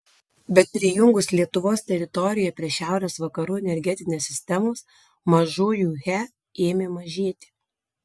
bet prijungus lietuvos teritoriją prie šiaurės vakarų energetinės sistemos mažųjų he ėmė mažėti